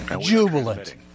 Jubilant